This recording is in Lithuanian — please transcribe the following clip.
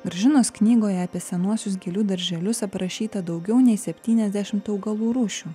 gražinos knygoje apie senuosius gėlių darželius aprašyta daugiau nei septyniasdešimt augalų rūšių